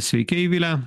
sveiki eivile